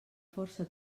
força